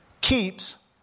keeps